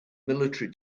military